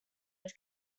als